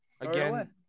again